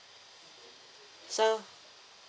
so